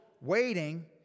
waiting